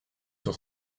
sur